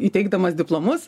įteikdamas diplomus